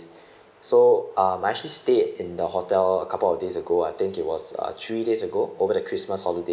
so um I'm actually stayed in the hotel a couple of days ago I think it was uh three days ago over the christmas holiday